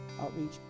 outreach